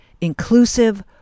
inclusive